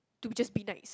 to just be nice